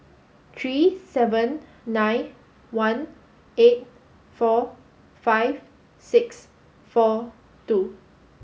three seven nine one eight four five six four two